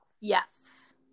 Yes